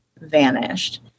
vanished